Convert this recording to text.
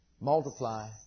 multiply